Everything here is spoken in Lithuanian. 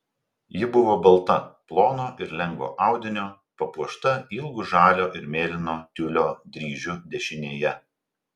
ji buvo balta plono ir lengvo audinio papuošta ilgu žalio ir mėlyno tiulio dryžiu dešinėje